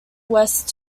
west